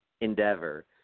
endeavor